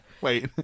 wait